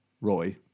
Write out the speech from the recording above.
Roy